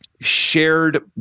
shared